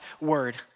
word